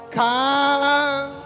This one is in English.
come